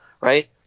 Right